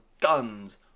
guns